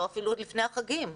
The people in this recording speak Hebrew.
עוד לפני החגים,